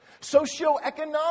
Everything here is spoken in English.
Socioeconomic